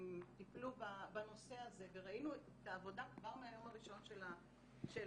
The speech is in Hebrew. הם טיפלו בנושא הזה וראינו את העבודה כבר מהיום הראשון של התוכנית.